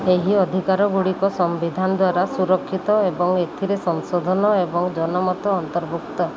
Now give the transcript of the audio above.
ଏହି ଅଧିକାର ଗୁଡ଼ିକ ସମ୍ବିଧାନ ଦ୍ୱାରା ସୁରକ୍ଷିତ ଏବଂ ଏଥିରେ ସଂଶୋଧନ ଏବଂ ଜନମତ ଅନ୍ତର୍ଭୁକ୍ତ